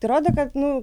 tai rodo kad nu